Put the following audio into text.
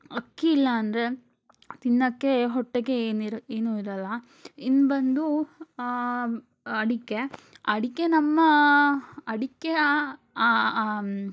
ಅಕ್ಕಿ ಇಲ್ಲ ಅಂದರೆ ತಿನ್ನೋಕೆ ಹೊಟ್ಟೆಗೆ ಏನಿರ ಏನು ಇರಲ್ಲ ಇನ್ನು ಬಂದು ಅಡಿಕೆ ಅಡಿಕೆ ನಮ್ಮ ಅಡಿಕೆ